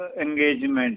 engagement